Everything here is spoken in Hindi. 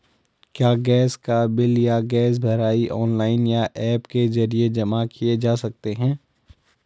क्या गैस का बिल या गैस भराई ऑनलाइन या ऐप के जरिये जमा किये जा सकते हैं?